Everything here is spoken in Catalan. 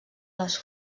les